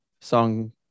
song